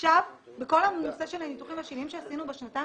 עכשיו בכל נושא הניתוחים והשינויים שעשינו בשנתיים